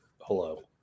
hello